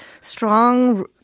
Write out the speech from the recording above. strong